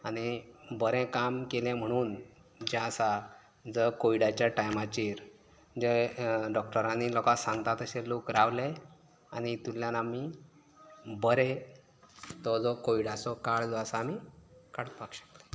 आनी बरें काम केलें म्हणून जें आसा तर कोविडाच्या टायमाचेर जे डॉक्टरांनी लोकांक सांगता तशें लोक रावलें आनी हितूंतल्यान आमी बरें तो जो कोविडाचो काळ जो आसा आमी काडपाक शकलें